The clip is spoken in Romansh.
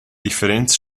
differents